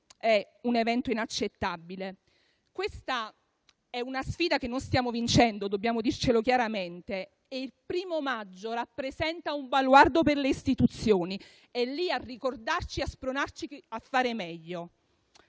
è un evento inaccettabile. Questa è una sfida che non stiamo vincendo, dobbiamo dircelo chiaramente. Il 1° maggio rappresenta un baluardo per le istituzioni. È lì a ricordarci e a spronarci a fare meglio.